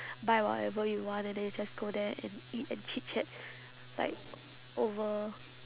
buy whatever you want and then you just go there and eat and chitchat like over